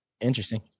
Interesting